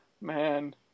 Man